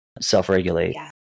self-regulate